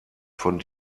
von